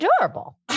Adorable